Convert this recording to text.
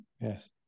Yes